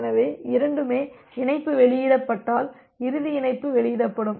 எனவே இரண்டுமே இணைப்பு வெளியிடப்பட்டால் இறுதி இணைப்பு வெளியிடப்படும்